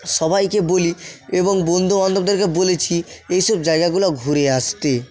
সবাইকে বলি এবং বন্ধু বান্ধবদেরকে বলেছি এসব জায়গাগুলো ঘুরে আসতে